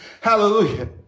Hallelujah